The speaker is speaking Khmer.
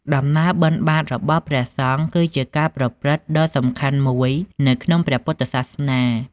ដំណើរបិណ្ឌបាតរបស់ព្រះសង្ឃគឺជាការប្រព្រឹត្តដ៏សំខាន់មួយនៅក្នុងព្រះពុទ្ធសាសនា។